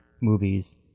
movies